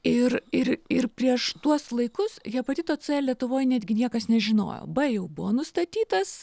ir ir ir prieš tuos laikus hepatito c lietuvoj netgi niekas nežinojo b jau buvo nustatytas